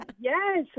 Yes